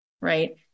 right